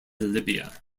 libya